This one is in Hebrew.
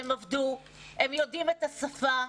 הם יודעים את השפה.